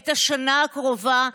את השנה הקרובה.